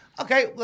Okay